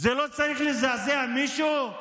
זה לא צריך לזעזע מישהו?